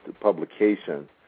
publication